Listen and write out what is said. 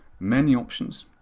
many options,